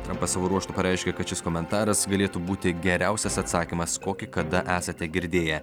trampas savo ruožtu pareiškė kad šis komentaras galėtų būti geriausias atsakymas kokį kada esate girdėję